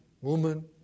woman